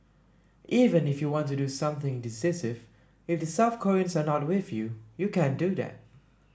even if you want to do something decisive if the South Koreans are not with you you can't do that